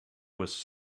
was